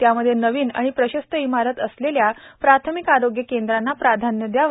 त्यामध्ये नविन व प्रशस्त इमारत असलेल्या प्राथमिक आरोग्य केंद्राना प्राधान्य दयावे